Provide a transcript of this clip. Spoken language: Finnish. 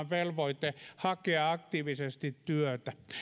velvoite hakea aktiivisesti työtä